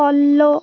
follow